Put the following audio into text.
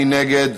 מי נגד?